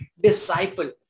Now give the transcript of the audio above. Disciple